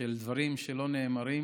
של דברים שלא נאמרים,